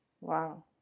Wow